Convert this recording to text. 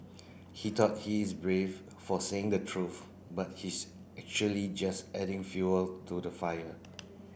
he thought he is brave for saying the truth but he's actually just adding fuel to the fire